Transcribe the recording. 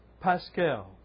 Pascal